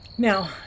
Now